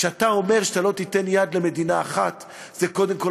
כשאתה אומר שאתה לא תיתן יד למדינה אחת זה קודם כול,